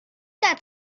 that